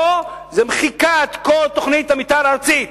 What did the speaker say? פה זה מחיקת כל תוכנית המיתאר הארצית.